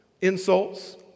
insults